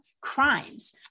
crimes